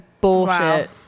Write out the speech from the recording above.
bullshit